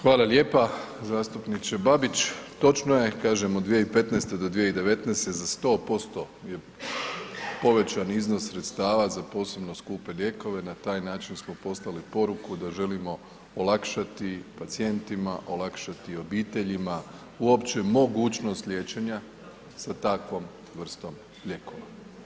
Hvala lijepa, zastupniče Babić, točno je, kažem od 2015.-2019. za 100% je povećan iznos sredstava za posebno skupe lijekove, na taj način smo poslali poruku da želimo olakšati pacijentima, olakšati obiteljima, uopće mogućnost liječenja sa takvom vrstom lijekova.